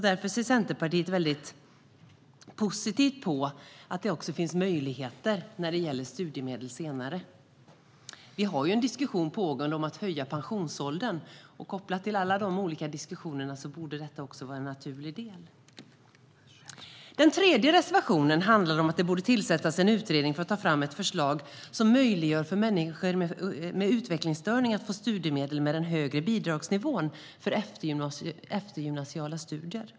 Därför ser Centerpartiet positivt på att det finns möjlighet till studiemedel även för äldre. Det pågår ju diskussioner om att höja pensionsåldern, och kopplat till dessa diskussioner borde detta vara en naturlig del. Den tredje reservationen handlar om att det borde tillsättas en utredning för att ta fram ett förslag som möjliggör för människor med utvecklingsstörning att få studiemedel med den högre bidragsnivån för eftergymnasiala studier.